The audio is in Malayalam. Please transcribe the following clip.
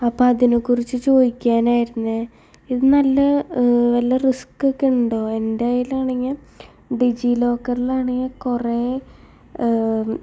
അപ്പോൾ അതിനെ കുറിച്ച് ചോദിക്കാനായിരുന്നു ഇത് നല്ല ഏഹ് വല്ല റിസ്കൊക്കെയുണ്ടോ എൻ്റെയിലാണെങ്കിൽ ഡിജിലോക്കറിലാണെ കുറെ ഏഹ്